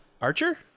Archer